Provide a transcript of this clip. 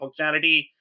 functionality